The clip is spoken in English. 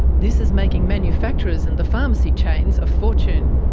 this is making manufacturers and the pharmacy chains a fortune.